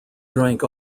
drank